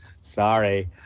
Sorry